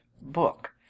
book